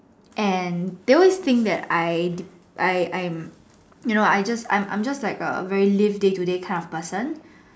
and they always think that I I I am you know I just I'm I'm just like a live day to day kind of person